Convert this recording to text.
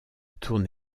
tourne